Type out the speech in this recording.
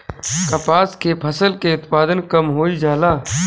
कपास के फसल के उत्पादन कम होइ जाला?